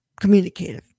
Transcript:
communicative